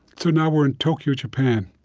so now we're in tokyo, japan.